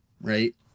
right